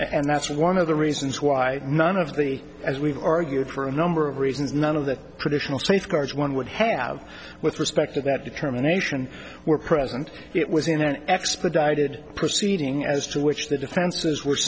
and that's one of the reasons why none of the as we've argued for a number of reasons none of the traditional safeguards one would have with respect to that determination were present it was in an expedited proceeding as to which the defenses w